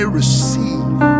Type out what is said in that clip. receive